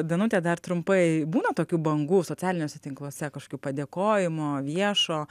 danute dar trumpai būna tokių bangų socialiniuose tinkluose kažkokių padėkojimo viešo